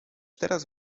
teraz